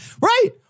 Right